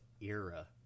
era